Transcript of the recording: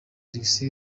alex